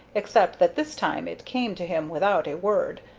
except that this time it came to him without a word.